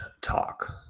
talk